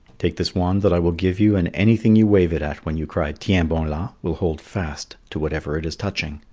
take this wand that i will give you and anything you wave it at when you cry tiens-bon-la will hold fast to whatever it is touching.